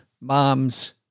mom's